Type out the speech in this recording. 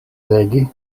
legi